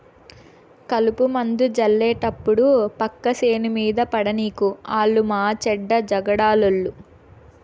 కలుపుమందు జళ్లేటప్పుడు పక్క సేను మీద పడనీకు ఆలు మాచెడ్డ జగడాలోళ్ళు